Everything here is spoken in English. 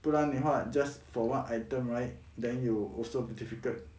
不然的话 just for one item right then you will also be difficult